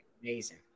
amazing